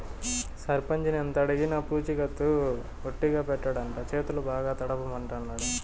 సర్పంచిని ఎంతడిగినా పూచికత్తు ఒట్టిగా పెట్టడంట, చేతులు బాగా తడపమంటాండాడు